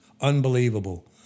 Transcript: unbelievable